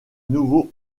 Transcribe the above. nouveau